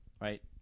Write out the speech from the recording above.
Right